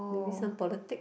maybe some politic